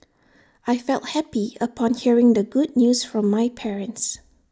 I felt happy upon hearing the good news from my parents